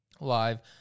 live